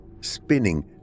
Spinning